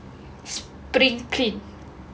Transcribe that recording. spring clean